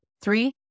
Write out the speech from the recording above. three